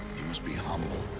be humble.